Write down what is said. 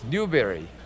Newberry